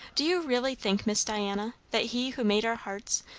do you really think, miss diana, that he who made our hearts,